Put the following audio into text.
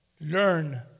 learn